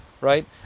right